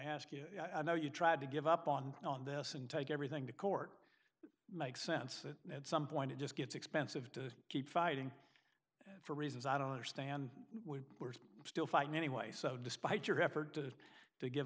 ask you i know you tried to give up on on this and take everything to court makes sense at some point it just gets expensive to keep fighting for reasons i don't understand we were still fighting anyway so despite your effort to to give